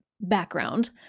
background